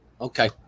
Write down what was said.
Okay